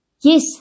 Yes